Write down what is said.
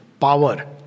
power